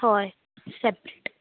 हय सेपरेट